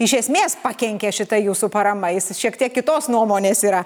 iš esmės pakenkė šita jūsų parama jis šiek tiek kitos nuomonės yra